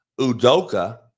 Udoka